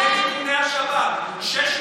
אנחנו מגישים הצעת אי-אמון בממשלה יחד איתך,